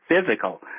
physical